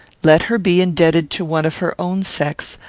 let her be indebted to one of her own sex,